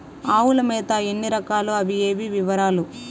ఆవుల మేత ఎన్ని రకాలు? అవి ఏవి? వివరాలు?